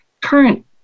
current